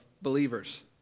believers